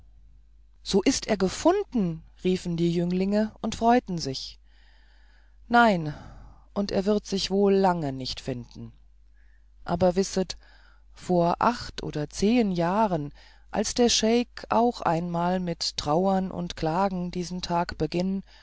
so ist er gefunden riefen die jünglinge und freuten sich nein und er wird sich wohl lange nicht finden aber wisset vor acht oder zehen jahren als der scheik auch einmal mit trauern und klagen diesen tag beging